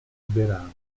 verano